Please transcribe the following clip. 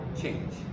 change